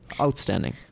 Outstanding